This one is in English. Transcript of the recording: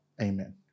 amen